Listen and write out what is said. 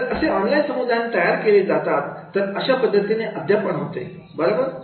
जर असे ऑनलाईन समुदाय तयार केले जातात तर अशा पद्धतीने अध्यापन होते बरोबर